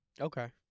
Okay